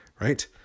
right